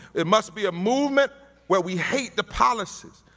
it must be a movement where we hate the policies,